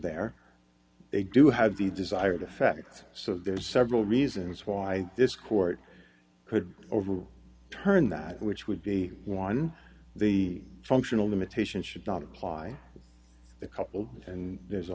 there they do have the desired effect so there are several reasons why this court could over turn that which would be one the functional limitation should not apply the couple and there's a